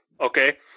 okay